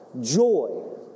joy